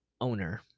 owner